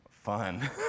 fun